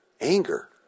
Anger